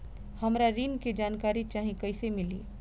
हमरा ऋण के जानकारी चाही कइसे मिली?